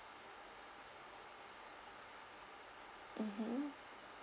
mmhmm